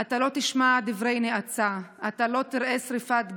אתה לא תשמע דברי נאצה, אתה לא תראה שרפת דגלים,